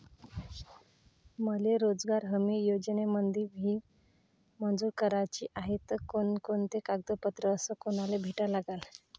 मले रोजगार हमी योजनेमंदी विहीर मंजूर कराची हाये त कोनकोनते कागदपत्र अस कोनाले भेटा लागन?